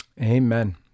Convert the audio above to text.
Amen